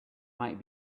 might